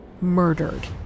murdered